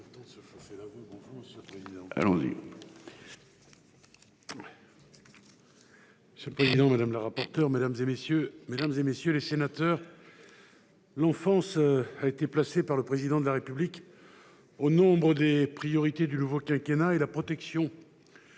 commission des lois, madame la rapporteure, mesdames, messieurs les sénateurs, l'enfance a été placée par le Président de la République au nombre des priorités du nouveau quinquennat, et la protection